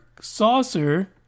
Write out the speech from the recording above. saucer